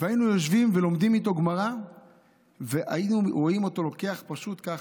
היינו יושבים ולומדים איתו גמרא והיינו רואים אותו לוקח פשוט ככה,